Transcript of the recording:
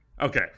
okay